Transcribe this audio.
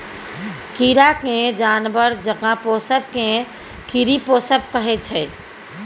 कीरा केँ जानबर जकाँ पोसब केँ कीरी पोसब कहय छै